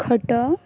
ଖଟ